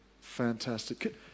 Fantastic